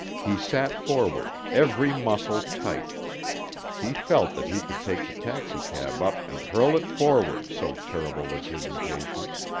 he sat forward, every muscle tight he felt that he could take the taxicab up and hurl it forward, so terrible was his impatience.